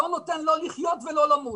לא נותן לא לחיות ולא למות,